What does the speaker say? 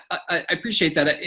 i appreciate that.